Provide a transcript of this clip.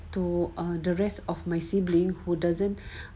to the rest of my sibling who doesn't